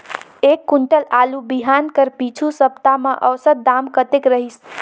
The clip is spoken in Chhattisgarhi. एक कुंटल आलू बिहान कर पिछू सप्ता म औसत दाम कतेक रहिस?